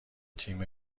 تیم